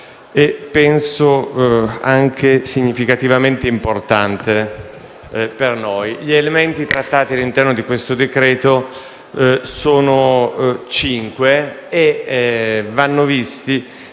sia anche significativamente importante per noi. Gli argomenti trattati all'interno di tale decreto‑legge sono cinque e vanno messi